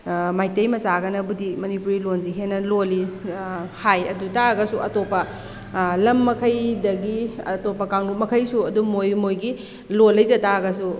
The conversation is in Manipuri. ꯃꯩꯇꯩ ꯃꯆꯥꯒꯅꯕꯨꯗꯤ ꯃꯅꯤꯄꯨꯔꯤ ꯂꯣꯟꯁꯤ ꯍꯦꯟꯅ ꯂꯣꯜꯂꯤ ꯍꯥꯏ ꯑꯗꯨ ꯑꯣꯏꯇꯥꯔꯁꯨ ꯑꯇꯣꯞꯄ ꯂꯝ ꯃꯈꯩꯗꯒꯤ ꯑꯇꯣꯞꯄ ꯀꯥꯡꯂꯨꯞ ꯃꯈꯩꯁꯨ ꯑꯗꯨꯝ ꯃꯣꯏ ꯃꯣꯏꯒꯤ ꯂꯣꯟ ꯂꯩꯖꯇꯥꯔꯒꯁꯨ